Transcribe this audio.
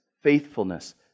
faithfulness